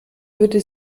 würde